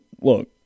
Look